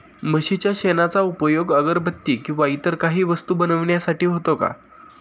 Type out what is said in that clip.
म्हशीच्या शेणाचा उपयोग अगरबत्ती किंवा इतर काही वस्तू बनविण्यासाठी होतो का?